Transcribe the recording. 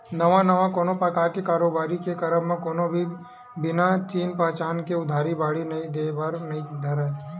नवा नवा कोनो परकार के कारोबारी के करब म कोनो भी बिना चिन पहिचान के उधारी बाड़ही देय बर नइ धरय